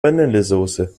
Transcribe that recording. vanillesoße